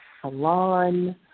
Salon